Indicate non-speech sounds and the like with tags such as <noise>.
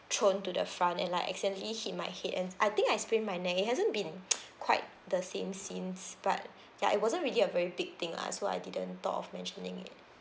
thrown to the front and like accidentally hit my head and I think I sprained my neck it hasn't been <noise> quite the same since but ya it wasn't really a very big thing lah so I didn't thought of mentioning it